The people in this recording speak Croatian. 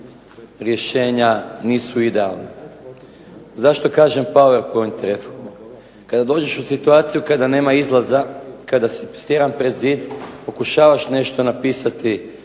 rješenja nisu idealna. Zašto kažem powerpoint reforme? Kada dođeš u situaciju kada nema izlaza, kada si stjeran pred zid pokušavaš nešto napisati,